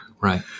Right